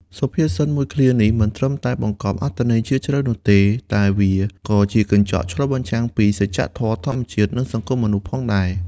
សុភាសិតមួយឃ្លានេះមិនត្រឹមតែបង្កប់អត្ថន័យជ្រាលជ្រៅនោះទេ តែវាក៏ជាកញ្ចក់ឆ្លុះបញ្ចាំងពីសច្ចធម៌ធម្មជាតិ និងសង្គមមនុស្សផងដែរ។